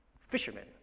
fishermen